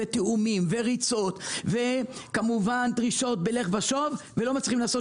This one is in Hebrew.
תיאומים וריצות ודרישות בלך ושוב ולא מצליחים לעשות